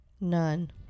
None